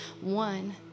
One